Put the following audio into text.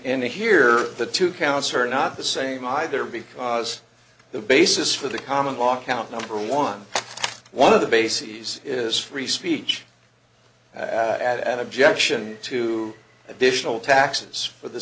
and here the two counts are not the same either because the basis for the common law count number one one of the bases is free speech add an objection to additional taxes for the